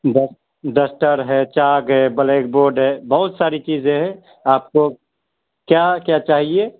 دس duster ہے chalk ہے blackboard ہے بہت ساری چیزیں ہیں آپ کو کیا کیا چاہیے